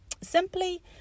Simply